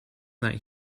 that